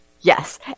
Yes